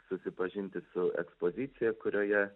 susipažinti su ekspozicija kurioje